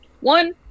One